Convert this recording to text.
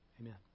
Amen